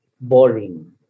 boring